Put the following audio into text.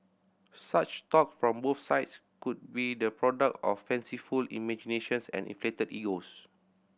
such talk from both sides could be the product of fanciful imaginations and inflated egos